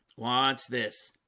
watch this